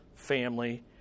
family